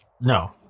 No